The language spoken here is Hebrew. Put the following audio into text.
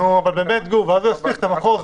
אז הוא יסמיך את המחוז.